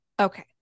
okay